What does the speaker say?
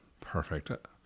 Perfect